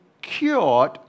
cured